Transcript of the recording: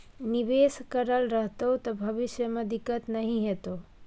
निवेश करल रहतौ त भविष्य मे दिक्कत नहि हेतौ